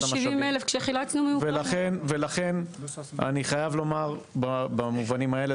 ולכן אני חייב לומר במובנים האלה,